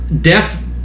Death